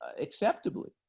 acceptably